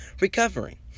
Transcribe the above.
recovering